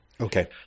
Okay